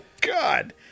God